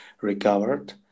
recovered